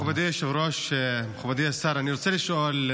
מכובדי היושב-ראש, מכובדי השר, אני רוצה לשאול,